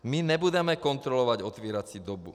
My nebudeme kontrolovat otevírací dobu.